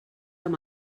amb